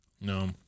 No